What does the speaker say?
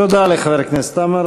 תודה לחבר הכנסת עמאר.